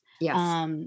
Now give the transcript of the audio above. Yes